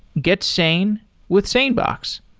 get sane with sanebox.